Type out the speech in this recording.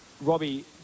Robbie